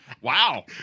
Wow